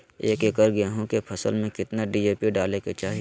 एक एकड़ गेहूं के फसल में कितना डी.ए.पी डाले के चाहि?